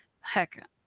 Heck